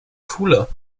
cooler